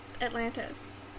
Atlantis